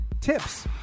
tips